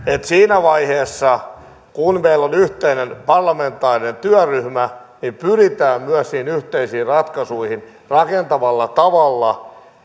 siinä vaiheessa kun meillä on yhteinen parlamentaarinen työryhmä pyritään myös niihin yhteisiin ratkaisuihin rakentavalla tavalla